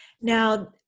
Now